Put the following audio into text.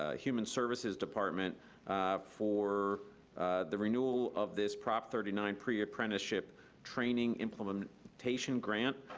ah human services department for the renewal of this prop thirty nine pre-apprenticeship training implementation grant.